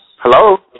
Hello